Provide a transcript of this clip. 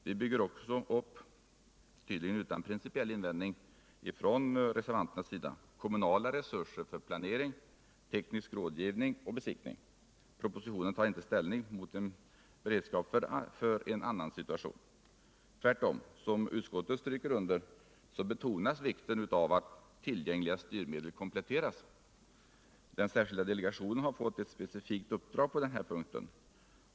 Vi bygger också upp— tydligen utan principiell invändning från reservanterna - kommunala resurser för planering, teknisk rådgivning och besiktning. Propositionen tar inte ställning mot en beredskap för en annan situation. Tvärtom, som utskottet stryker under, betonas vikten av att tillgängliga styrmedel kompletteras. Den särskilda delegationen har fått ett specifikt uppdrag på denna punkt.